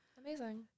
Amazing